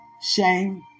shame